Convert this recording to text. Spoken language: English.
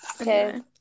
Okay